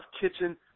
kitchen